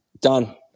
Done